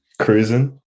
cruising